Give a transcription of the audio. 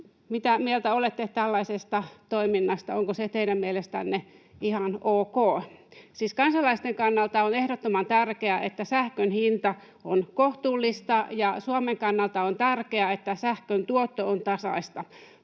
Mitä mieltä olette tällaisesta toiminnasta: onko se teidän mielestänne ihan ok? Siis kansalaisten kannalta on ehdottoman tärkeää, että sähkön hinta on kohtuullista, ja Suomen kannalta on tärkeää, että sähkön tuotto on tasaista.